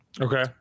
Okay